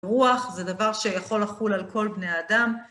רוח זה דבר שיכול לחול על כל בני האדם.